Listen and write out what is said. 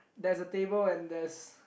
there's a table and there's